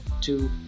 two